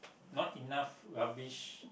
not enough rubbish